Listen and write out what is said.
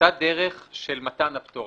באותה דרך של מתן הפטור.